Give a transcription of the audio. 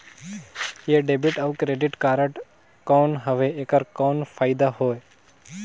ये डेबिट अउ credit card कौन हवे एकर कौन फाइदा हे?